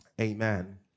Amen